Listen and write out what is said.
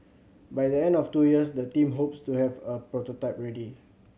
by the end of two years the team hopes to have a prototype ready